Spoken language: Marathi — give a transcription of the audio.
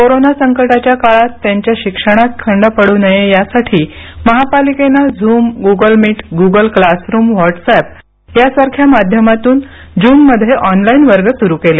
कोरोना संकटाच्या काळात त्यांच्या शिक्षणात खंड पडू नये यासाठी महापालिकेनं Zoom Google Meet Google Classroom WhatsApp यासारख्या माध्यमांतून जूनमध्ये ऑनलाइन वर्ग सुरू केले